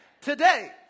Today